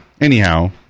anyhow